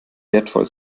wertvoll